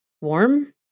Warm